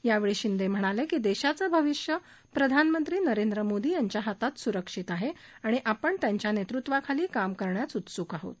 यावेळी शिंदे म्हणाले की देशाचं भविष्य प्रधानमंत्री नरेंद्र मोदी यांच्या हातात सुरक्षित आहे आणित्यांच्या नेतत्वाखाली काम करण्यास आपण उत्सुक आहोत